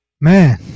man